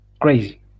crazy